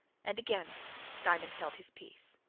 and again diamond held his peace.